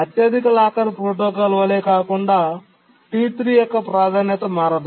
అత్యధిక locker protocol వలె కాకుండా T3 యొక్క ప్రాధాన్యత మారదు